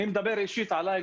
אני אדבר אישית עלי,